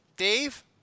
Dave